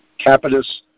Capitus